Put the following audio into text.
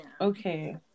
okay